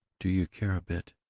do you care a bit?